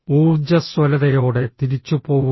ഊർജ്ജസ്വലതയോടെ തിരിച്ചുപോവുക